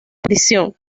prisión